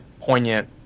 poignant